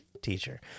teacher